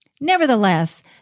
Nevertheless